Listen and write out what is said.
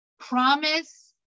Promise